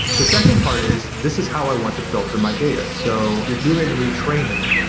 the second part is this is how i want to filter my data. so, if you're doing retraining,